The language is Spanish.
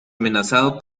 amenazado